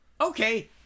Okay